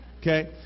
Okay